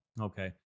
Okay